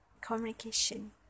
communication